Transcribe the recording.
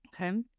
Okay